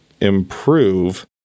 improve